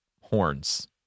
horns